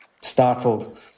startled